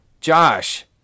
Josh